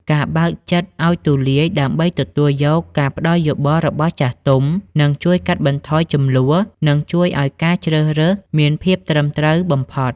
ការបើកចិត្តឱ្យទូលាយដើម្បីទទួលយកការផ្ដល់យោបល់របស់ចាស់ទុំ នឹងជួយកាត់បន្ថយជម្លោះ និងជួយឱ្យការជ្រើសរើសមានភាពត្រឹមត្រូវបំផុត។